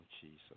Jesus